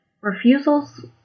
refusals